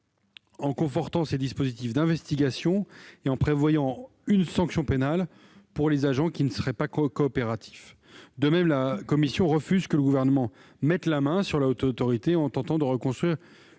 en confortant ses dispositifs d'investigation et en prévoyant une sanction pénale pour les agents qui ne seraient pas coopératifs. De même, elle refuse que le Gouvernement mette la main sur cette instance en tentant de reconstruire